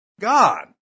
God